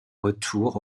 retour